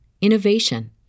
innovation